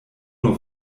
nur